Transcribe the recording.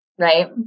right